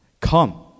Come